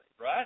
right